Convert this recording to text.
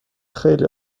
خیلی